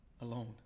alone